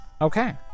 Okay